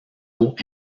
eaux